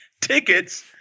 tickets